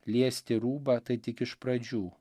liesti rūbą tai tik iš pradžių